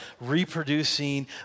reproducing